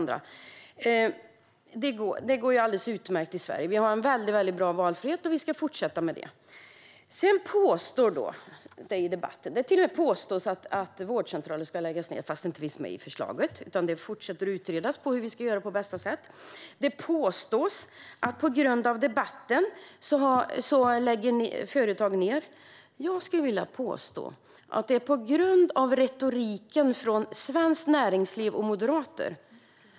Det går alldeles utmärkt i Sverige. Vi har en mycket bra valfrihet, och vi ska fortsätta ha det. Sedan påstås det i debatten att vårdcentraler ska läggas ned, trots att det inte finns med i förslaget. Det fortsätter att utredas hur vi ska göra på bästa sätt. Det påstås att företag läggs ned på grund av debatten. Jag skulle vilja påstå att det är på grund av retoriken från Svenskt Näringsliv och moderater.